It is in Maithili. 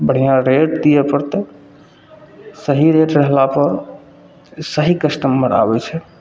बढ़िआँ रेट दिए पड़तै सही रेट रहलापर सही कस्टमर आबै छै